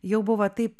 jau buvo taip